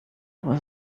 was